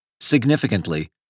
Significantly